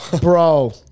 bro